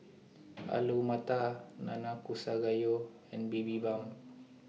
Alu Matar Nanakusa Gayu and Bibimbap